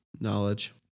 knowledge